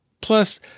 Plus